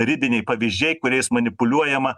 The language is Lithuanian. ribiniai pavyzdžiai kuriais manipuliuojama